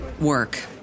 work